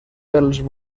pels